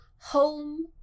home